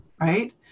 right